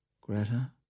Greta